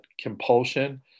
compulsion